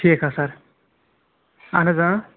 ٹھیٖک حظ سَر اہن حظ